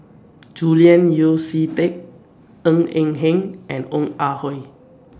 Julian Yeo See Teck Ng Eng Hen and Ong Ah Hoi